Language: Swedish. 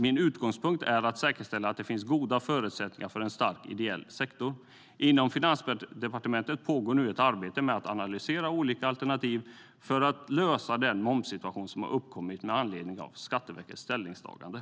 Min utgångspunkt är att säkerställa att det finns goda förutsättningar för en stark ideell sektor. Inom Finansdepartementet pågår nu ett arbete med att analysera olika alternativ för att lösa den momssituation som har uppkommit med anledning av Skatteverkets ställningstagande.